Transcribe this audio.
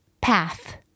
path